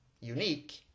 unique